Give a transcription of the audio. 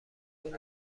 کنین